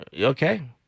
Okay